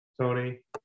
Tony